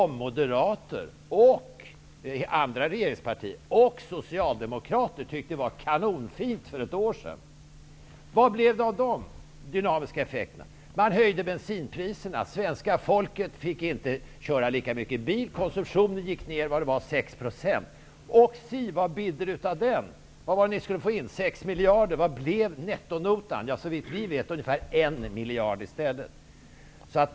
Moderater, övriga regeringspartier och Socialdemokrater tyckte för ett år sedan att det var kanonfint med bensinskatten. Vad blev det av dessa dynamiska effekter? Man höjde bensinpriserna. Svenska folket fick inte köra lika mycket bil. Konsumtionen gick ned 6 %. Och si, vad bidde det av bensinskatten? Ni trodde att ni skulle få in 6 miljarder. Vad blev nettonotan? Såvitt vi vet blev den i stället ca 1 miljard.